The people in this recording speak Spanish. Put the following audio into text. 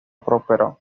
prosperó